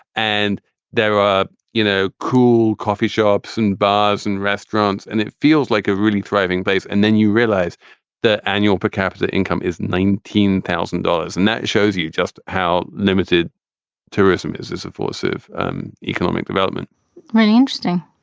and there are, you know, cool coffee shops and bars and restaurants. and it feels like a really thriving place. and then you realize the annual per capita income is nineteen thousand dollars. and that shows you just how limited tourism is as a force of um economic development really interesting.